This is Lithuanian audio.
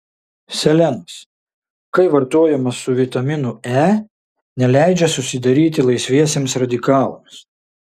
selenas kai vartojamas su vitaminu e neleidžia susidaryti laisviesiems radikalams